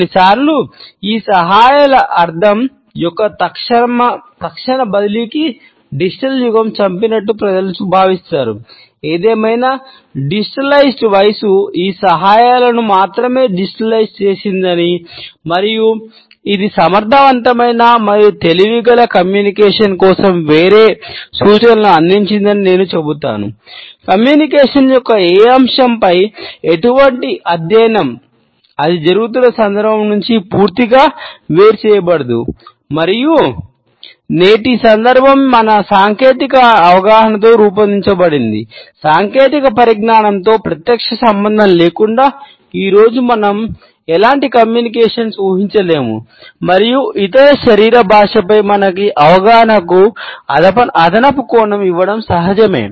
ఇప్పుడు డిజిటలైజ్డ్ ఊహించలేము మరియు శరీర భాషపై మన అవగాహనకు అదనపు కోణం ఇవ్వడం సహజమే